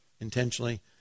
intentionally